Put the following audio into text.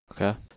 Okay